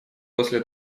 после